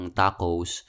tacos